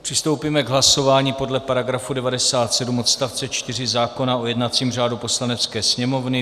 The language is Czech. Přistoupíme k hlasování podle § 97 odst. 4 zákona o jednacím řádu Poslanecké sněmovny.